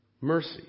mercy